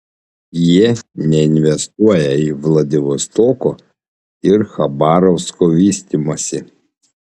jie neinvestuoja į vladivostoko ir chabarovsko vystymąsi